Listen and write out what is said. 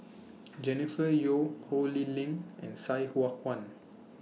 Jennifer Yeo Ho Lee Ling and Sai Hua Kuan